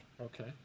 Okay